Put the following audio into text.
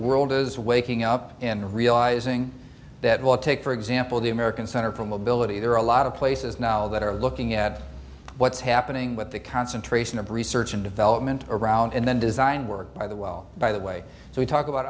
world is waking up and realizing that well take for example the american center for mobility there are a lot of places now that are looking at what's happening with the concentration of research and development around and then design work by the well by the way so we talk about